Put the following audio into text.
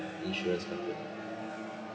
insurance company